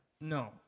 No